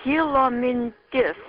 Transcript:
kilo mintis